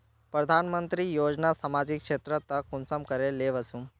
प्रधानमंत्री योजना सामाजिक क्षेत्र तक कुंसम करे ले वसुम?